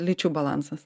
lyčių balansas